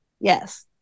Yes